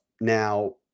Now